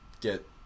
get